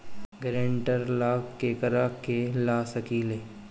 ग्रांतर ला केकरा के ला सकी ले?